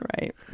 Right